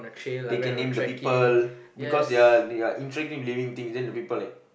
they can name the people because they are they are intriguing living things then the people like